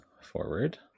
forward